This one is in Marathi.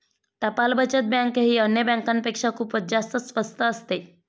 टपाल बचत बँक ही अन्य बँकांपेक्षा खूपच जास्त स्वस्त असते